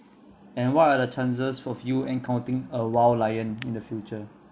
and what are the chances of you encountering a wild lion in the future